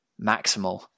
maximal